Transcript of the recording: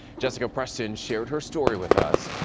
jessica preston shared her story with us.